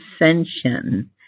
ascension